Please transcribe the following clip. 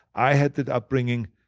i had the upbringing,